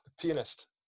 pianist